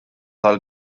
tal